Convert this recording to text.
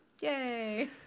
Yay